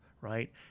right